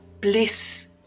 bliss